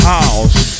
House